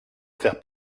faire